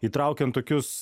įtraukiant tokius